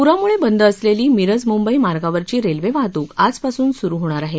पुरामुळे बंद असलेली मिरज मुंबई मार्गावरची रेल्वे वाहतूक आजपासून सुरू होणार आहे